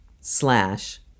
slash